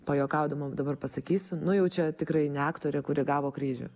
pajuokaudama dabar pasakysiu nu jau čia tikrai ne aktorė kuri gavo kryžių